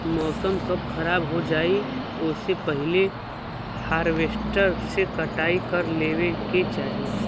मौसम कब खराब हो जाई ओसे पहिले हॉरवेस्टर से कटाई कर लेवे के चाही